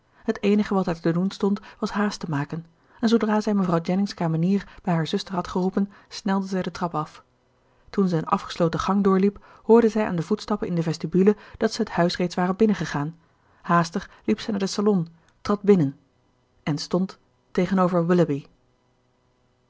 het eenige wat haar te doen stond was haast te maken en zoodra zij mevrouw jennings kamenier bij haar zuster had geroepen snelde zij de trap af toen zij een afgesloten gang doorliep hoorde zij aan de voetstappen in de vestibule dat zij het huis reeds waren binnengegaan haastig liep zij naar den salon trad binnen en stond tegenover